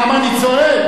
רבותי,